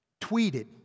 tweeted